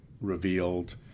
revealed